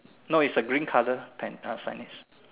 no it's a green color pen uh signs